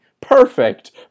Perfect